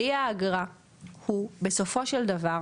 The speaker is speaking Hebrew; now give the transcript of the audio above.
כלי האגרה הוא בסופו של דבר,